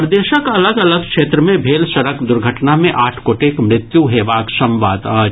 प्रदेशक अलग अलग क्षेत्र मे भेल सड़क दुर्घटना मे आठ गोटेक मृत्यु हेबाक संवाद अछि